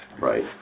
Right